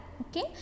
Okay